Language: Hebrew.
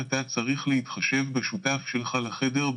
אתה צריך להתחשב בשותף שלך לחדר,